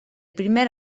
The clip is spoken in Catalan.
primer